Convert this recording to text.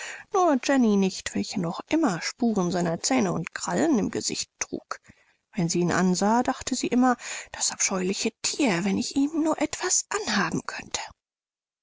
nur jenny nicht welche noch immer spuren seiner zähne und krallen im gesicht trug wenn sie ihn ansah dachte sie immer das abscheuliche thier wenn ich ihm nur etwas anhaben könnte